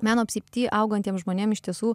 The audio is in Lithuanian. meno apsipty augantiem žmonėm iš tiesų